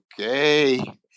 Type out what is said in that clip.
okay